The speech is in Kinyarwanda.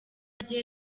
rye